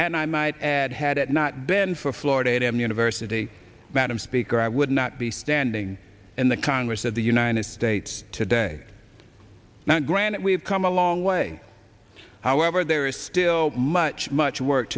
and i might add had it not been for florida a and m university madam speaker i would not be standing in the congress of the united states today now granted we have come a long way however there is still much much work